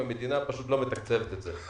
אבל המדינה לא מתקצבת את זה,